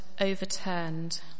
overturned